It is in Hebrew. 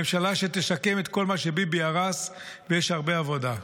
ממשלה שתשקם את כל מה שביבי הרס, ויש הרבה עבודה.